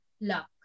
luck